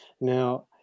Now